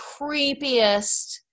creepiest